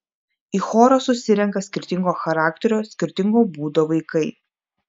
į chorą susirenka skirtingo charakterio skirtingo būdo vaikai